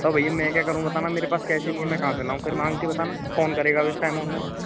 तो भैया मैं क्या करूँगा सामान मेरे पास कैश ही नहीं मैं कहाँ से लाऊँ फिर माँग कर बताना कौन करेगा अब इस टाइम ओनलाइन